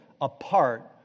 apart